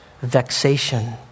vexation